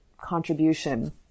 contribution